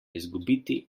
izgubiti